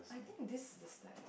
I think this is the stack